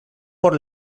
por